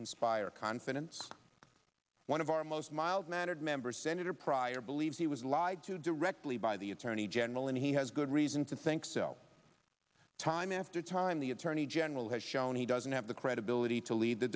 inspire confidence one of our most mild mannered member senator pryor believes he was lied to directly by the attorney general and he has good reason to think so time after time the attorney general has shown he doesn't have the credibility to lead the